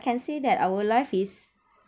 can say that our life is